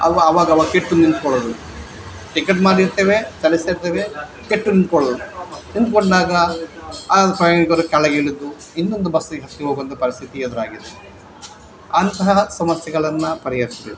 ಅವು ಅವಾಗ ಅವಾಗ ಕೆಟ್ಟು ನಿಂತ್ಕೊಳ್ಳೋದು ಟಿಕೆಟ್ ಮಾಡಿರ್ತೇವೆ ಚಲಿಸ್ತಿರ್ತೇವೆ ಕೆಟ್ಟು ನಿಂತ್ಕೊಳ್ಳೋದು ನಿಂತುಕೊಂಡಾಗ ಆ ಪ್ರಯಾಣಿಕರು ಕೆಳಗಿಳಿದು ಇನ್ನೊಂದು ಬಸ್ಸಿಗೆ ಹತ್ತುವ ಒಂದು ಪರಿಸ್ಥಿತಿ ಎದುರಾಗಿದೆ ಅಂತಹ ಸಮಸ್ಯೆಗಳನ್ನು ಪರಿಹರಿಸ್ಬೇಕು